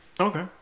Okay